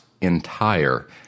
entire